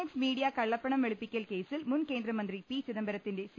X media കള്ളപ്പണം വെളുപ്പിക്കൽ കേസിൽ മുൻ കേന്ദ്രമന്ത്രി പി ചിദംബരത്തിന്റെ സി